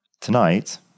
Tonight